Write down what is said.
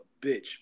bitch